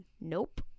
Nope